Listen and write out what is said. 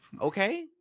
Okay